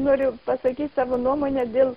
noriu pasakyt savo nuomonę dėl